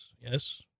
yes